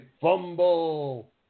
fumble